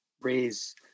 raise